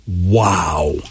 Wow